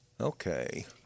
Okay